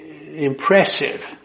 impressive